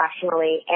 professionally